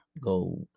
go